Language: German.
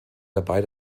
dabei